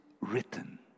written